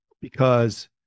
because-